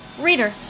reader